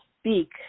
speak